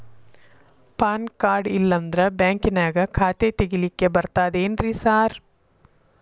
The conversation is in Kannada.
ಪಾನ್ ಕಾರ್ಡ್ ಇಲ್ಲಂದ್ರ ಬ್ಯಾಂಕಿನ್ಯಾಗ ಖಾತೆ ತೆಗೆಲಿಕ್ಕಿ ಬರ್ತಾದೇನ್ರಿ ಸಾರ್?